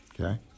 Okay